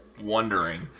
wondering